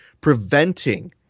preventing